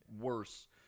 worse